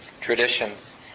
traditions